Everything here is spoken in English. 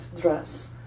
dress